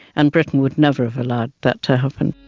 and britain would never have allowed that to happen.